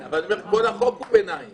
לאפשר הוראת מעבר קטנה,